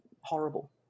horrible